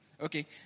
Okay